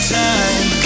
time